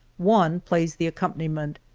one plays the accompaniment,